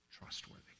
trustworthy